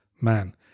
man